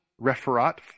referat